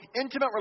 intimate